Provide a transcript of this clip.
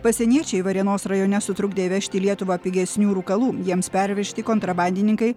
pasieniečiai varėnos rajone sutrukdė įvežti į lietuvą pigesnių rūkalų jiems pervežti kontrabandininkai